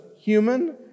human